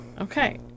Okay